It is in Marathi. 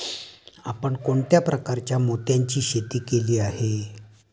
आपण कोणत्या प्रकारच्या मोत्यांची शेती केली आहे?